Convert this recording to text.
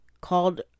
called